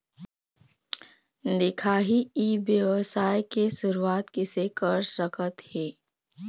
दिखाही ई व्यवसाय के शुरुआत किसे कर सकत हे?